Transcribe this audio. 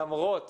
למרות